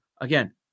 Again